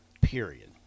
period